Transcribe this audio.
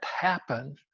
happen